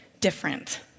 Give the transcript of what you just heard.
different